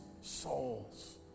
souls